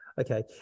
Okay